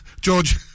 George